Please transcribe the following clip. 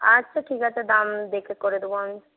আচ্ছা ঠিক আছে দাম দেখে করে দেবো আমি